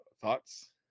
Thoughts